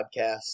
podcast